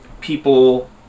people